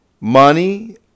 money